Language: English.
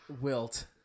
wilt